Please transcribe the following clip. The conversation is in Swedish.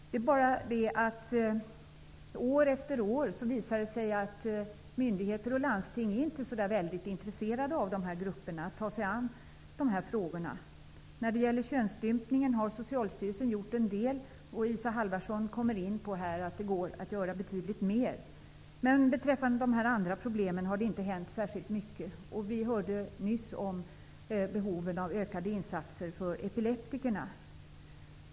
Det är bara det att det år efter år visar sig att myndigheter och landsting inte är så väldigt intresserade av dessa grupper och av att ta sig an frågorna. Socialstyrelsen har gjort en del när det gäller könsstympning. Isa Halvarsson skall i sitt anförande komma in på det faktum att det går att göra betydligt mer. Det har inte hänt särskilt mycket beträffande de andra problemen. Vi hörde nyss om behoven av ökade insatser för epileptikerna.